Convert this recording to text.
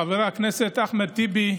חבר הכנסת אחמד טיבי,